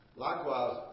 Likewise